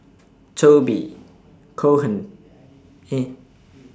Toby Cohen